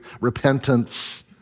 repentance